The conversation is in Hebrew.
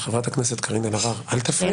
חברת הכנסת קארין אלהרר, אל תפריעי לי.